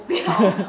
我不要